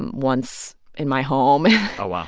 once in my home oh, ah